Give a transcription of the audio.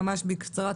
ממש בקצרה.